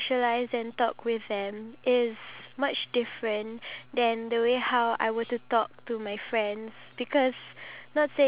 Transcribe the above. see what they are doing first because I feel like if I were to just barge in and talk to them then maybe could affect their mood